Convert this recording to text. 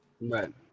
Right